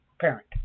parent